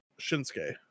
Shinsuke